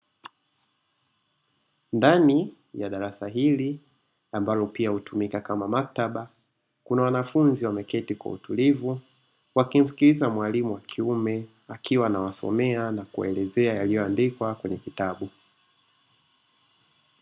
Ndani ya darasa hili ambalo pia hutumika kama maktaba kuna wanafunzi wameketi kwa utulivu wa kisikiliza mwalimu wa kiume, akiwa na wasomea na kuwaelezea yaliyoandikwa kwenye kitabu.